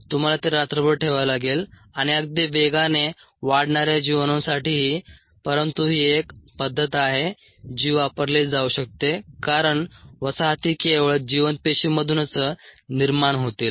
तुम्हाला ते रात्रभर ठेवावे लागेल आणि अगदी वेगाने वाढणाऱ्या जीवाणूंसाठीही परंतु ही एक पद्धत आहे जी वापरली जाऊ शकते कारण वसाहती केवळ जिवंत पेशींमधूनच निर्माण होतील